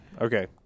okay